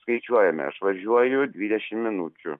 skaičiuojame aš važiuoju dvidešimt minučių